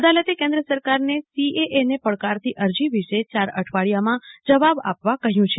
અદાલતે કેન્દ્ર સરકારે સીએએને પડકારતી આજી વિશે ચાર અઠવાડીયામાં જવાબ આપવા કહ્યું છે